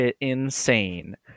insane